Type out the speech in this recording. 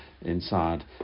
inside